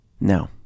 No